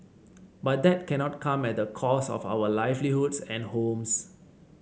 but that cannot come at the cost of our livelihoods and homes